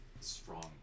strong